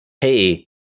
hey